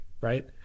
right